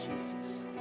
Jesus